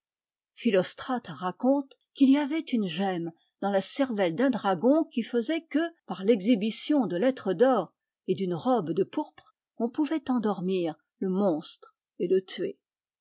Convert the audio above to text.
philostrate raconte qu'il y avait une gemme dans la cervelle d'un dragon qui faisait que par l'exhibition de lettres d'or et d'une robe de pourpre on pouvait endormir le monstre et le tuer